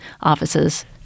offices